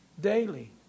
daily